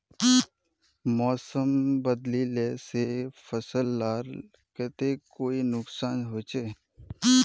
मौसम बदलिले से फसल लार केते कोई नुकसान होचए?